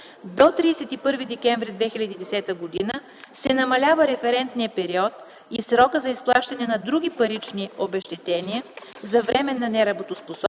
до 31 декември 2010 г. се намалява референтният период и срокът за изплащане на други парични обезщетения за временна неработоспособност,